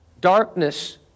darkness